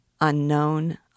unknown